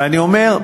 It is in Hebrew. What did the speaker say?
ואני אומר,